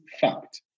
fact